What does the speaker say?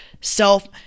self